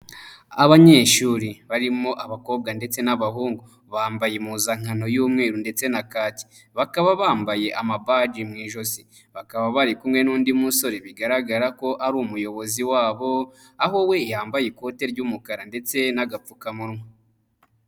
Abanyeshuri barimo abakobwa ndetse n'abahungu bambaye impuzankano y'umweru ndetse na kaki, bakaba bambaye ama baji mu ijosi bakaba bari kumwe n'undi musore bigaragara ko ari umuyobozi wabo, aho we yambaye ikote ry'umukara ndetse n'agapfukamunwa.